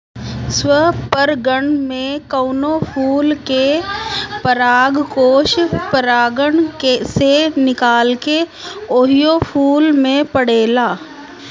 स्वपरागण में कवनो फूल के परागकोष परागण से निकलके ओही फूल पे पड़ेला